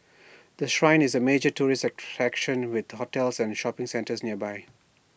the Shrine is A major tourist attraction with hotels and shopping centres nearby